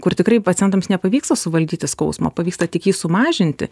kur tikrai pacientams nepavyksta suvaldyti skausmo pavyksta tik jį sumažinti